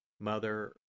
Mother